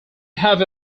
have